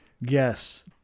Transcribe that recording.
yes